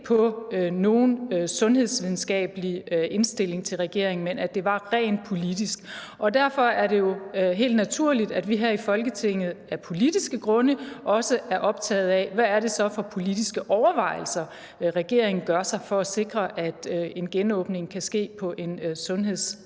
på nogen sundhedsvidenskabelig indstilling til regeringen, men at det var rent politisk. Og derfor er det jo helt naturligt, at vi her i Folketinget af politiske grunde også er optaget af, hvad det så er for politiske overvejelser, regeringen gør sig for at sikre, at en genåbning kan ske på en sundhedsmæssig